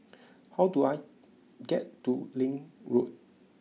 how do I get to Link Road